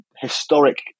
historic